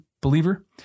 believer